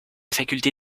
faculté